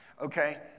Okay